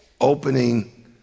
opening